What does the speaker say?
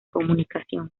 comunicación